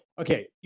okay